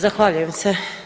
Zahvaljujem se.